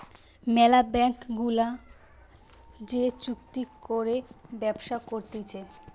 ম্যালা ব্যাঙ্ক গুলা যে চুক্তি করে ব্যবসা করতিছে